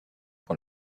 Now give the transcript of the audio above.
pour